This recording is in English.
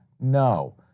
No